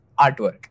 artwork